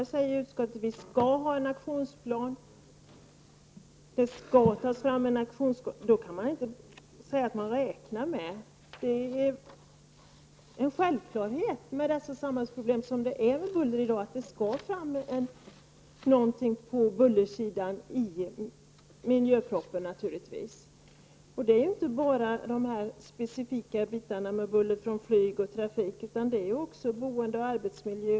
Utskottet däremot säger ju att vi skall ha en aktionsplan och att det skall tas fram en aktionsplan. Då kan man inte säga att man räknar med det. Det är en självklarhet med tanke på det samhällsproblem som buller är i dag att bullerfrågan skall tas upp i miljöpropositionen. Det är inte bara fråga om de specifika problemen med buller från flyg och biltrafik, utan det är också fråga om bullerproblem i bostäder och på arbetsplatser.